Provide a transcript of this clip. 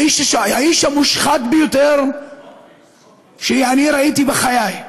האיש המושחת ביותר שראיתי בחיי.